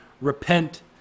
Repent